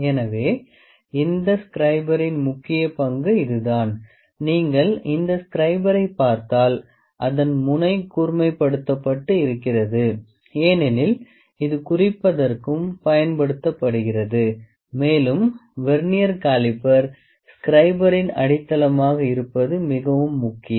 எனவே இந்த ஸ்கிரிபரின் முக்கிய பங்கு இது தான் நீங்கள் இந்த ஸ்க்ரைபரைப் பார்த்தால் அதன் முனை கூர்மைப்படுத்தப்பட்டு இருக்கிறது ஏனெனில் இது குறிப்பதற்கும் பயன்படுத்தப்படுகிறது மேலும் வெர்னியர் காலிபர் ஸ்க்ரைபரின் அடித்தளமாக இருப்பது மிகவும் முக்கியம்